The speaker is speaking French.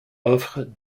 offres